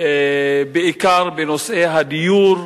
בעיקר בנושאי הדיור,